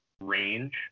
range